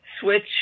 switch